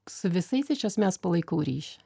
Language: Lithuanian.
su visais iš esmės palaikau ryšį